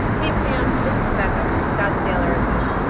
hey, sam. this is becca from scottsdale, ariz, ah and